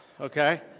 okay